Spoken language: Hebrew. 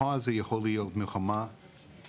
מחר זה יכול להיות מלחמה טוטאלית.